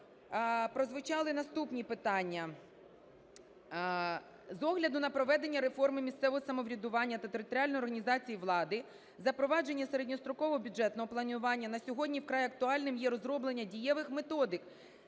прозвучали наступні питання. З огляду на проведення реформи місцевого самоврядування та територіальної організації влади запровадження середньострокового бюджетного планування на сьогодні вкрай актуальним є розроблення дієвих методик